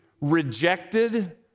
rejected